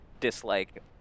Dislike